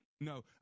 No